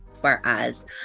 whereas